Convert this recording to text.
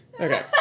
Okay